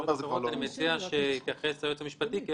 אני מציע שהיועץ המשפטי יתייחס,